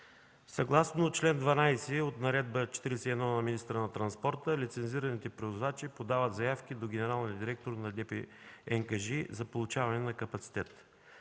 Съгласно чл. 12 от Наредба № 41 на министъра на транспорта, лицензираните превозвачи подават заявки до генералния директор на ДП „НКЖИ” за получаване на капацитет.